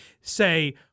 say